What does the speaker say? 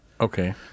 Okay